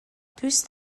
دوست